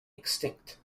extinct